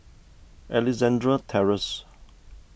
Alexandra Terrace